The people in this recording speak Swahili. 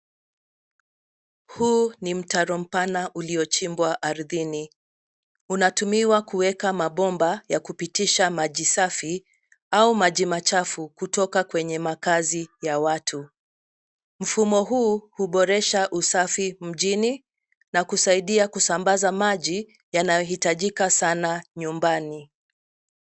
Huu ni mtaro mpana uliochimbwa ardhini. Unatumiwa kuweka mabomba ya kupitisha maji safi au maji machafu kutoka kwenye makazi ya watu. Mfumo huu huboresha usafi mjini na kusaidia kusambaza maji yanayohitajika sana nyumbani.